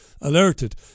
alerted